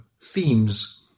themes